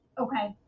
okay